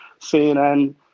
CNN